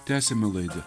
tęsiame laidą